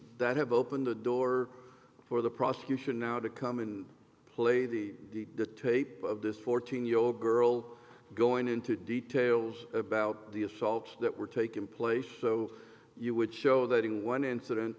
that have opened the door for the prosecution now to come in and play the tape of this fourteen year old girl going into details about the assaults that were taken place so you would show that in one incident